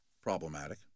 problematic